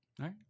right